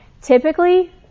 typically